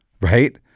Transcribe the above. right